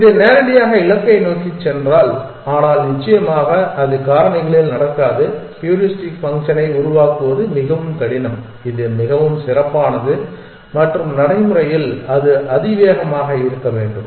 இது நேரடியாக இலக்கை நோக்கிச் சென்றால் ஆனால் நிச்சயமாக அது காரணிகளில் நடக்காது ஹூரிஸ்டிக் ஃபங்க்ஷனை உருவாக்குவது மிகவும் கடினம் இது மிகவும் சிறப்பானது மற்றும் நடைமுறையில் அது அதிவேகமாக இருக்க வேண்டும்